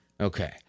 Okay